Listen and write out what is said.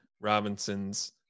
Robinson's